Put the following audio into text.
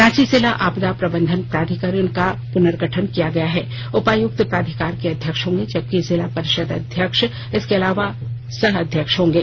रांची जिला आपदा प्रबंध प्राधिकार का पुर्नगठन किया गया है उपायुक्त प्राधिकार के अध्यक्ष होंगे जबकि जिला परिषद अध्यक्ष इसके सह अध्यक्ष होंगे